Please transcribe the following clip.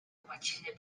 łaciny